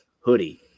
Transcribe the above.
hoodie